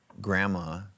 grandma